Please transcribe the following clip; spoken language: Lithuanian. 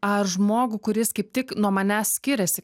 ar žmogų kuris kaip tik nuo manęs skiriasi